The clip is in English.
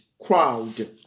crowd